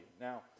Now